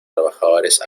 trabajadores